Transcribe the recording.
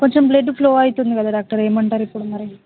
కొంచెం blood flow అవుతుంది కదా డాక్టర్ ఏమి అంటారు ఇప్పుడు మరి